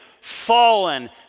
fallen